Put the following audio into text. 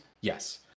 Yes